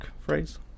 phrase